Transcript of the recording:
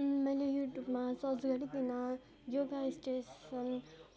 मैले युट्युबमा सर्च गरिकन योगा स्टेसन